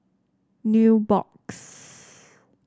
Nubox